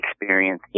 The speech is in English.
experience